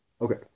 Okay